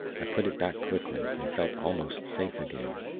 i put it back, quickly, and felt almost safe again,